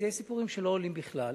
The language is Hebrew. ויש סיפורים שלא עולים בכלל.